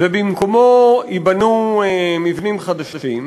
ובמקומו ייבנו מבנים חדשים,